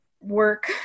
work